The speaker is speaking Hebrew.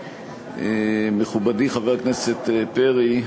מכובדי חבר הכנסת פרי,